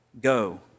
Go